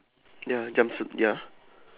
ya jumpsuit ya